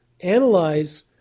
analyze